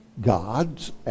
gods